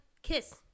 Kiss